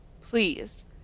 please